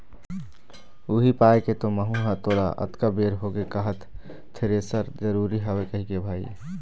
उही पाय के तो महूँ ह तोला अतका बेर होगे कहत थेरेसर जरुरी हवय कहिके भाई